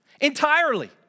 entirely